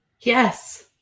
yes